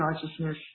consciousness